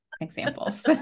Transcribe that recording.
examples